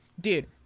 dude